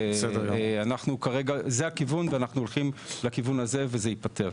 זה הכיוון, ואנחנו הולכים לכיוון הזה, וזה ייפתר.